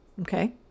Okay